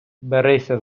берися